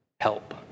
help